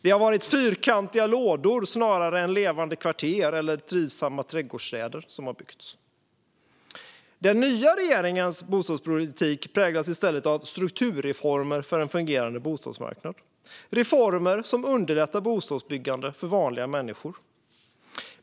Det har varit fyrkantiga lådor snarare än levande kvarter eller trivsamma trädgårdsstäder som har byggts. Den nya regeringens bostadspolitik präglas i stället av strukturreformer för en fungerande bostadsmarknad, reformer som underlättar bostadsbyggandet för vanliga människor.